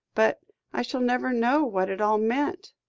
but i shall never know what it all meant.